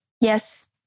yes